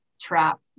trap